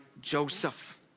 Joseph